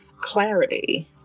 clarity